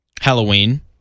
Halloween